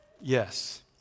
yes